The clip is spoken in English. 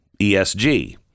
ESG